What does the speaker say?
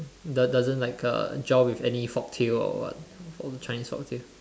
does~ doesn't doesn't like uh gel with any folktale or what all the chinese folktale